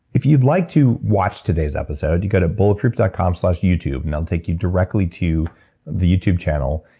if you'd like to watch today's episode, you go to bulletproof dot com slash youtube and that'll um take you directly to the youtube channel.